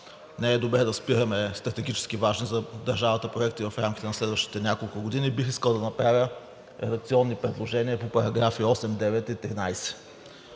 не е добре да спираме стратегически важни за държавата проекти в рамките на следващите няколко години, бих искал да направя редакционни предложения по параграфи 8, 9 и 13,